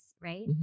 right